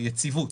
יציבות.